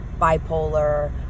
bipolar